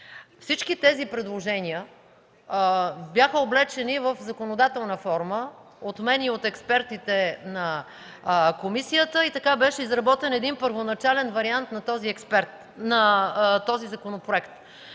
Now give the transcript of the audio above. Всички те бяха облечени в законодателна форма от мен и от експертите на комисията и така беше изработен един първоначален вариант на този законопроект.